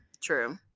true